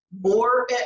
more